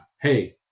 Hey